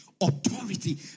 authority